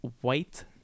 white